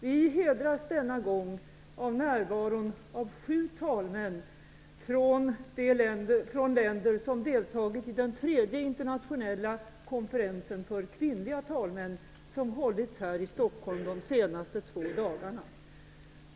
Vi hedras denna gång av närvaron av sju talmän från länder, som har deltagit i den tredje internationella konferensen för kvinnliga talmän, som har hållits här i Stockholm de senaste två dagarna.